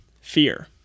fear